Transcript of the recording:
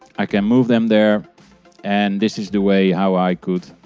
i can move them there and this is the way how i could